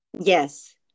yes